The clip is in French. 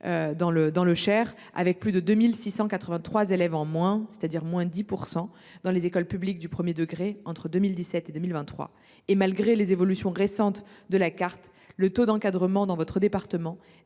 dans le Cher, avec 2 683 élèves de moins, soit une baisse de 10 %, dans les écoles publiques du premier degré entre 2017 et 2023, et malgré les évolutions récentes de la carte, le taux d’encadrement dans votre département